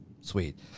Sweet